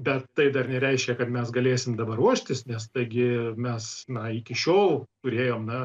bet tai dar nereiškia kad mes galėsim dabar ruoštis nes taigi mes na iki šiol turėjom na